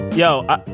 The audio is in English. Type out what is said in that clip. Yo